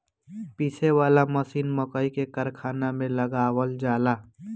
पीसे वाला मशीन मकई के कारखाना में लगावल जाला